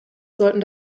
sollten